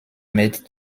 made